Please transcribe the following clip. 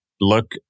look